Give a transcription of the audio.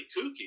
kooky